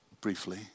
briefly